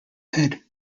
head